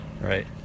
Right